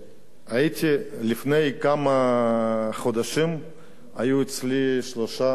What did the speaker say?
לפני כמה חודשים היו אצלי שלושה חבר'ה חרדים,